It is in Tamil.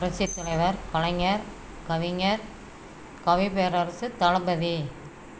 புரட்சித் தலைவர் கலைஞர் கவிஞர் கவிப்பேரரசு தளபதி